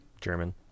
German